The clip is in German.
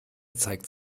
zeigt